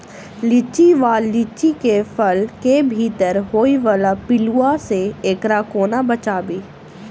लिच्ची वा लीची केँ फल केँ भीतर होइ वला पिलुआ सऽ एकरा कोना बचाबी?